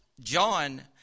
John